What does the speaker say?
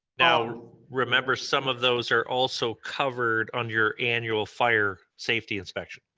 now, remember, some of those are also covered on your annual fire safety inspection.